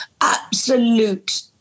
absolute